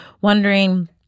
wondering